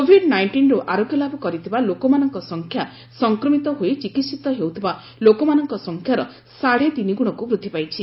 Covid ନାଇଷ୍ଟିନରୁ ଆରୋଗ୍ୟ ଲାଭ କରିଥିବା ଲୋକମାନଙ୍କ ସଂଖ୍ୟା ସଂକ୍ମିତ ହୋଇ ଚିକିିିିତ ହେଉଥିବା ଲୋକମାନଙ୍କ ସଂଖ୍ୟାର ସାଢ଼େତିନିଗୁଣକୁ ବୃଦ୍ଧି ପାଇଛି